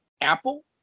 Apple